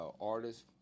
artists